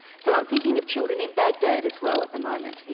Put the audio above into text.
so i'm thinking of children in baghdad as well at the moment, you